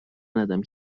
ندم